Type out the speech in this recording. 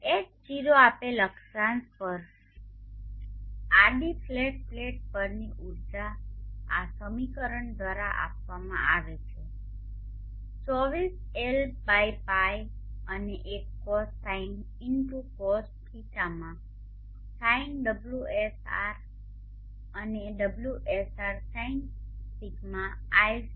H 0 આપેલ અક્ષાંશ પર આડી ફ્લેટ પ્લેટ પરની ઊર્જા આ સમીકરણ દ્વારા આપવામાં આવે છે 24 L𝝅 અને એક cos δ into cos φ માં sin ωSR અને ωSR sin δ sin φ